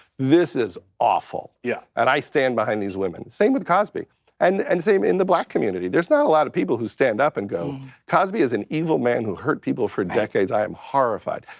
this is awful yeah and i stand behind these women, same with cosby and and same in the black community. there's not a lot of people who stand up and go, cosby is an evil man who hurt people for decades. i am horrified.